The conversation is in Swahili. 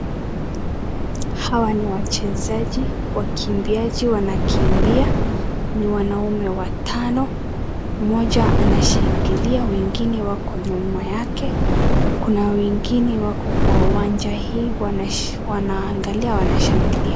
Hawa ni wachezaji wakimbiaji wanakimbia. Ni wanaume watano. Mmoja anashangilia wengine wako nyuma yake, kuna wengine wako kwa uwanja hii wanaangalia wanashangilia.